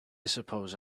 suppose